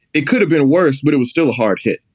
it could have been worse, but it was still a hard hit.